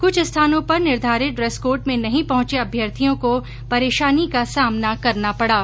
क्छ स्थानों पर निर्धारित ड्रेस कोड में नहीं पहुंचे अभ्यर्थियों को परेशानी का सामना करना पड़ा